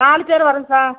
நாலு பேரு வரோம் சார்